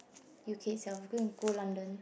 u_k itself you go and go London